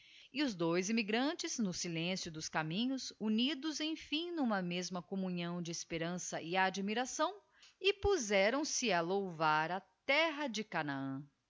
e os dois immigrantes no silencio dos caminhos unidos emfim n'uma mesma communhão de esperança e admiração e puzeram se a louvar a terra de chanaan